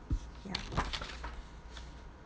ya